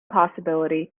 possibility